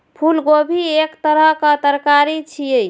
फूलगोभी एक तरहक तरकारी छियै